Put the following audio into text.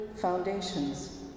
foundations